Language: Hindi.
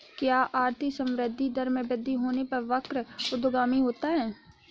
क्या आर्थिक संवृद्धि दर में वृद्धि होने पर वक्र ऊर्ध्वगामी होता है?